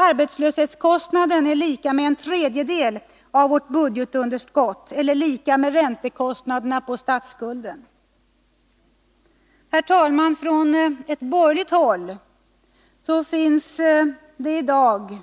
Arbetslöshetskostnaden är alltså lika med en tredjedel av vårt budgetunderskott eller lika stor som räntekostnaderna på statsskulden! Herr talman! Från borgerligt håll finns i dag